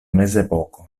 mezepoko